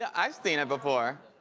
yeah i've seen it before.